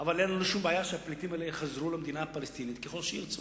אבל אין לנו שום בעיה שהפליטים האלה יחזרו למדינה הפלסטינית ככל שירצו.